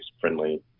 friendly